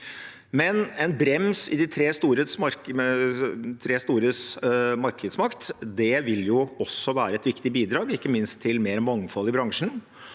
En brems i de tre stores markedsmakt vil også være et viktig bidrag, ikke minst til mer mangfold i bransjen.